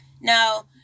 now